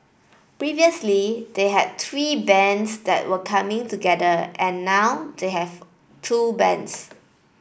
previously they had three bands that were coming together and now they have two bands